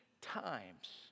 times